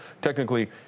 Technically